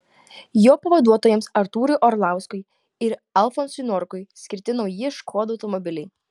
jo pavaduotojams artūrui orlauskui ir alfonsui norkui skirti nauji škoda automobiliai